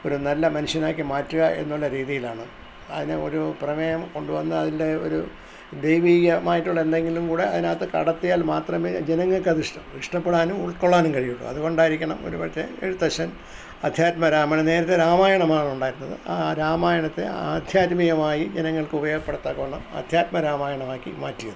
ഒരു നല്ല മനുഷ്യനാക്കി മാറ്റുക എന്നുള്ള രീതിയിലാണ് അതിന് ഒരു പ്രമേയം കൊണ്ടു വന്നു അതിൻ്റെ ഒരു ദൈവികമായിട്ടുള്ള എന്തെങ്കിലും കൂടെ അതിനകത്ത് കടത്തിയാൽ മാത്രമേ ജനങ്ങൾക്ക് അത് ഇഷ്ടം ഇഷ്ടപ്പെടാനും ഉൾക്കൊള്ളാനും കഴിയുള്ളൂ അതുകൊണ്ടായിരിക്കണം ഒരുപക്ഷേ എഴുത്തച്ഛൻ അധ്യാത്മരാമായണം നേരത്തെ രാമായണമാണ് ഉണ്ടായിരുന്നത് ആ രാമായണത്തെ ആധ്യാത്മികമായി ജനങ്ങൾക്ക് ഉപയോഗപ്പെടുത്താക്കവണ്ണം ആദ്ധ്യാത്മരാമായണമാക്കി മാറ്റിയത്